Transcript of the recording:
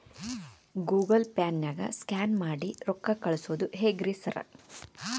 Google ಪೇನಾಗ scan ಮಾಡಿ ರೊಕ್ಕಾ ಕಳ್ಸೊದು ಹೆಂಗ್ರಿ ಸಾರ್?